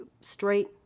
straight